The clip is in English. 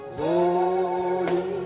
holy